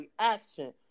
reaction